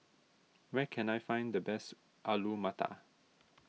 where can I find the best Alu Matar